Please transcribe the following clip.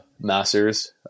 masters